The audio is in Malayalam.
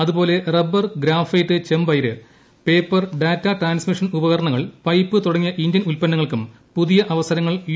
അതുപോലെ റബ്ബർ ഗ്രാഫൈറ്റ് ചെമ്പ് അയിര് പേപ്പർ ഡാറ്റാ ട്രാൻസ്മിഷൻ ഉൽപ്പന്നങ്ങൾ പൈപ്പ് തുടങ്ങിയ ഇന്ത്യൻ ഉൽപ്പന്നങ്ങൾക്കും പുതിയ അവസരങ്ങൾ യു